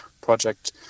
project